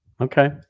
okay